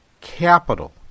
capital